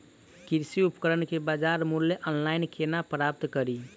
कृषि उपकरण केँ बजार मूल्य ऑनलाइन केना प्राप्त कड़ी?